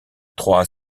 trois